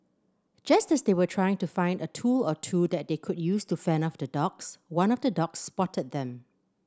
just as they were trying to find a tool or two that they could use to fend off the dogs one of the dogs spotted them